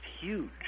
huge